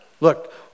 Look